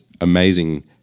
amazing